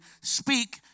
speak